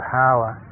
power